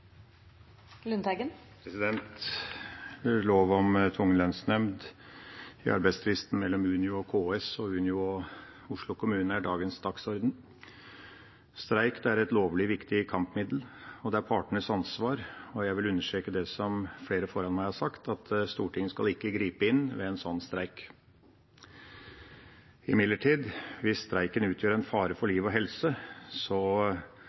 Lov om tvungen lønnsnemnd i arbeidstvisten mellom Unio og KS og Unio og Oslo kommune er på dagens dagsorden. Streik er et lovlig, viktig kampmiddel, og det er partenes ansvar, og jeg vil understreke det som flere før meg har sagt, at Stortinget ikke skal gripe inn ved en sånn streik. Imidlertid skal en fra regjeringas side hvis streiken utgjør en fare for